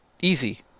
Easy